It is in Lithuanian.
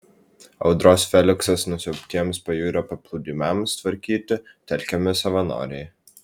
audros feliksas nusiaubtiems pajūrio paplūdimiams tvarkyti telkiami savanoriai